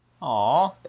Aw